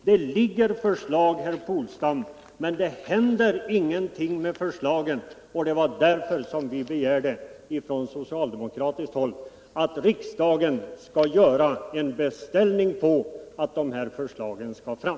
Det ligger förslag, herr Polstam, men det händer ingenting med förslagen, och det var därför vi från socialdemokratiskt håll begärde att riksdagen skulle göra en beställning om att dessa förslag skall fram.